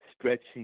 stretching